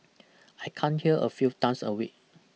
I come here a few times a week